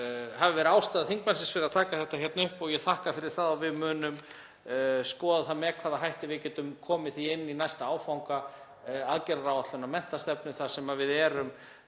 hafi verið ástæða þingmannsins fyrir að taka þetta hér upp og ég þakka fyrir það. Við munum skoða með hvaða hætti við getum komið því inn í næsta áfanga aðgerðaáætlunar um menntastefnu þar sem við erum